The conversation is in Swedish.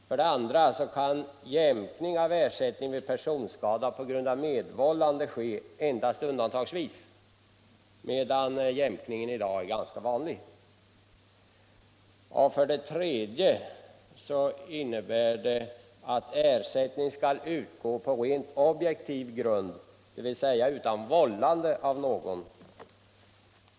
För det andra kan jämkning av ersättning vid personskada på grund av medvållande ske endast undantagsvis, medan jämkning i dag är ganska vanlig. För det tredje skall ersättning utgå på rent objektiv grund, dvs. oberoende av om någon varit vållande.